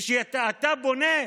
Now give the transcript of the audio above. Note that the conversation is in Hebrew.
וכשאתה פונה,